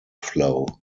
flow